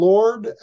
Lord